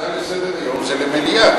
הצעה לסדר-היום זה למליאה.